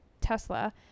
Tesla